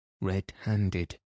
red-handed